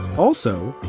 also,